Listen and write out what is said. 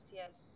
yes